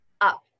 up